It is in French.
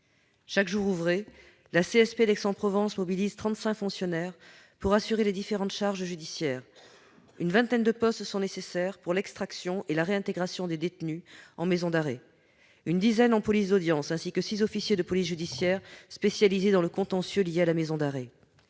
Chaque jour ouvré, la CSP d'Aix-en-Provence mobilise trente-cinq fonctionnaires pour assurer les différentes charges judiciaires. Une vingtaine de postes sont nécessaires pour l'extraction et la réintégration des détenus en maison d'arrêt, une dizaine en police d'audience. S'y ajoutent six officiers de police judiciaire spécialisés dans le contentieux lié à la maison d'arrêt,